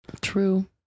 True